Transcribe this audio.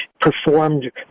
performed